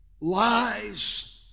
lies